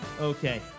Okay